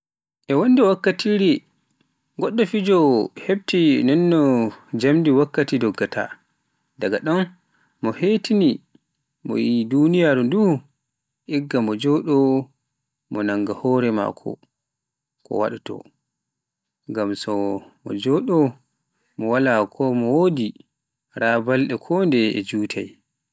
Wonde wattaki goɗɗo fijowoo hefti nonno jammdi wakkati goddaata, daga ɗon hetini mo yi duniyaaru ndu igga mo jooɗo mo wannan hore maako ko wadto, ngam so mo jooɗo non wala fo wodi, raa balɗe ko deye e jutai.